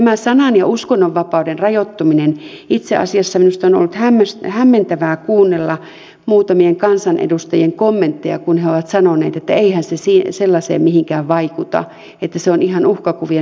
tästä sanan ja uskonnonvapauden rajoittumisesta minusta on itse asiassa ollut hämmentävää kuunnella muutamien kansanedustajien kommentteja kun he ovat sanoneet että eihän se mihinkään sellaiseen vaikuta että se on ihan uhkakuvien nostamista